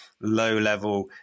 low-level